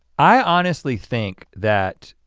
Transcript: i honestly think that,